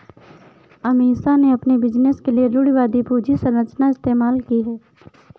अमीषा ने अपने बिजनेस के लिए रूढ़िवादी पूंजी संरचना इस्तेमाल की है